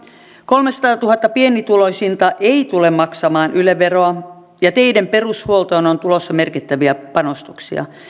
kolmesataatuhatta pienituloisinta ei tule maksamaan yle veroa ja teiden perushuoltoon on tulossa merkittäviä panostuksia